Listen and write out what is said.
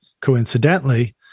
coincidentally